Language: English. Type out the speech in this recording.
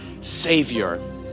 Savior